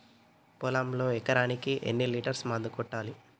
పొలంలో ఎకరాకి ఎన్ని లీటర్స్ మందు కొట్టాలి?